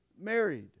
married